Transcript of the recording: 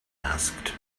asked